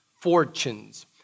Fortunes